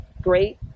Great